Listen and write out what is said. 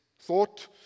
thought